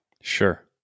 Sure